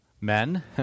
men